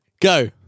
Go